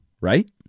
right